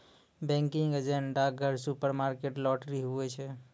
banking agent डाकघर, supermarket, lottery, हुवै छै